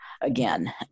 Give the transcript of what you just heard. again